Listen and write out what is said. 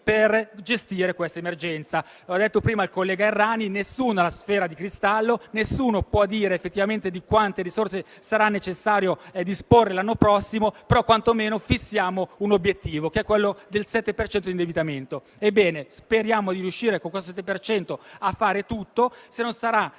grazie a tutto